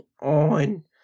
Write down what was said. on